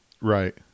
right